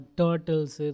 turtles